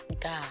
God